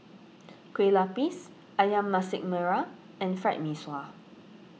Kueh Lapis Ayam Masak Merah and Fried Mee Sua